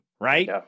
Right